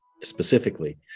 specifically